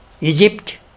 Egypt